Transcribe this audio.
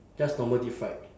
just normal deep fried